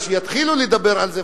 כשיתחילו לדבר על זה,